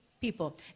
people